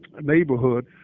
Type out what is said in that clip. neighborhood